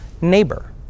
neighbor